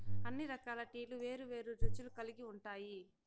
అన్ని రకాల టీలు వేరు వేరు రుచులు కల్గి ఉంటాయి